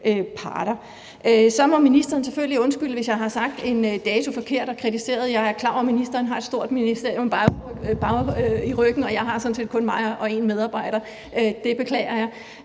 parterne. Og så må ministeren selvfølgelig undskylde, hvis jeg har sagt en forkert dato og kritiseret det. Jeg er klar over, at ministeren har et stort ministerium i ryggen, og jeg har sådan set kun mig og en medarbejder. Det beklager jeg.